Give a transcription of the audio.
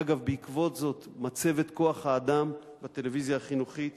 אגב, בעקבות זאת מצבת כוח האדם בטלוויזיה החינוכית